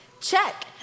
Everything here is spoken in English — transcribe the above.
check